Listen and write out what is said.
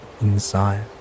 inside